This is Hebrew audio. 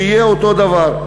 שיהיה אותו דבר.